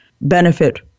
benefit